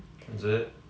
is it